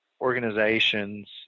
organizations